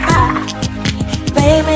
Baby